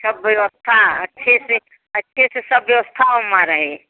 सब व्यवस्था अच्छे से अच्छे से सब व्यवस्था उम्मा रहे